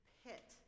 pit